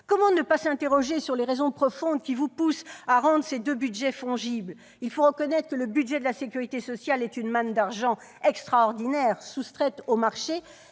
Comment ne pas s'interroger sur les raisons profondes qui vous poussent à rendre ces deux budgets fongibles ? Il faut reconnaître que le budget de la sécurité sociale est une manne d'argent extraordinaire soustraite au marché